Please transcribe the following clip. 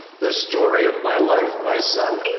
the story of my life, my son,